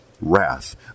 wrath